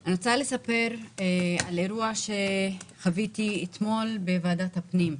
אני רוצה לספר על אירוע שחוויתי אתמול בוועדת הפנים.